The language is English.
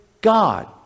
God